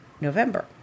November